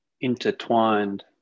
intertwined